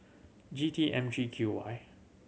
G T M three Q Y